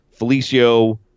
Felicio